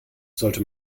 sollte